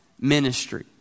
ministry